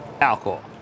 alcohol